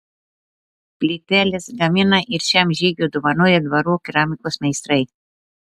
plyteles gamina ir šiam žygiui dovanoja dvarų keramikos meistrai